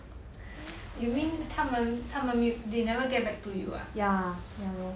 you mean 他们他们没 they never get back to you ah